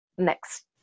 next